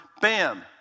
bam